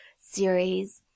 series